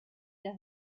der